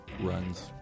runs